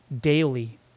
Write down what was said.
daily